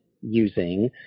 using